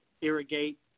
irrigate